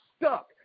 stuck